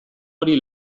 hori